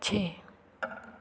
ਛੇ